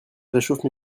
réchauffe